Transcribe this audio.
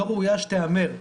לא ראויה שתיאמר.